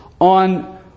on